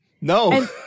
No